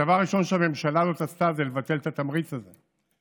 הדבר הראשון שהממשלה הזאת עשתה הוא לבטל את התמריץ הזה.